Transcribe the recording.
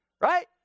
Right